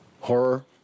horror